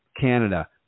Canada